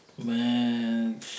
Man